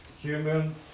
human